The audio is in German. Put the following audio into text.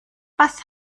was